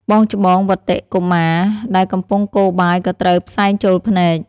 បងច្បង វត្តិ កុមារ ដែលកំពុងកូរបាយក៏ត្រូវផ្សែងចូលភ្នែក។